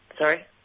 Sorry